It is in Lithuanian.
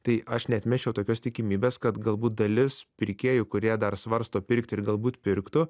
tai aš neatmesčiau tokios tikimybės kad galbūt dalis pirkėjų kurie dar svarsto pirkti ir galbūt pirktų